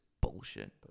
bullshit